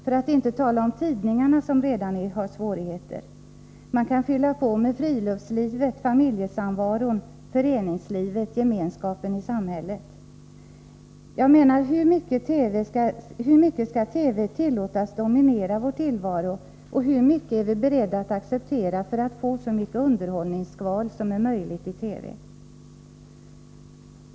— För att inte tala om tidningarna, som redan har svårigheter. Man kan fylla på med friluftslivet, familjesamvaron, föreningslivet och gemenskapen i samhället. Jag menar: Hur mycket skall TV tillåtas dominera vår tillvaro, och hur mycket är vi beredda att acceptera för att få så mycket underhållningsskval som möjligt i TV?